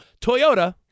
Toyota